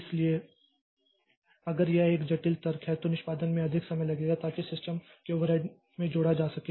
इसलिए क्योंकि अगर यह एक जटिल तर्क है तो निष्पादन में अधिक समय लगेगा ताकि सिस्टम के ओवरहेड में जोड़ा जा सके